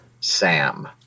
Sam